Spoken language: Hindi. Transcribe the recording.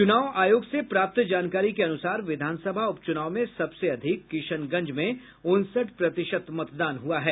चुनाव आयोग से प्राप्त जानकारी के अनुसार विधानसभा उप चुनाव में सबसे अधिक किशनगंज में उनसठ प्रतिशत मतदान हुआ है